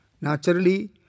Naturally